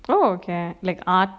oh okay like art